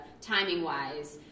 timing-wise